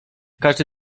każdy